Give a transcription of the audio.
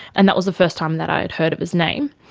and that was the first time that i'd heard of his name.